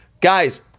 Guys